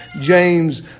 James